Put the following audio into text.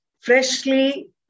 freshly